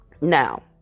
Now